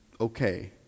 okay